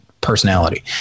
personality